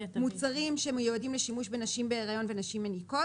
מוצרים שמיועדים לשימוש בנשים בהריון ונשים מניקות